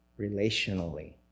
relationally